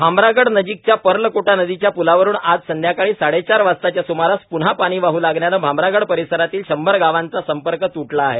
भामरागडनजीकच्या पर्लकोटा नदीच्या प्लावरुन आज संध्याकाळी साडेचार वाजताच्या सुमारास पुन्हा पाणी वाह् लागल्याने भामरागड परिसरातील शंभर गावांचा संपर्क प्न्हा त्टला आहे